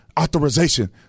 authorization